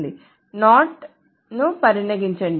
NOT ను పరిగణించండి